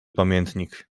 pamiętnik